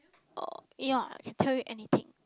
oh yeah I can tell you anything